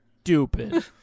stupid